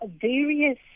various